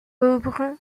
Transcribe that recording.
œuvre